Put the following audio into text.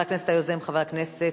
פה אחד בעד.